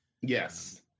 Yes